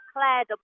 Claire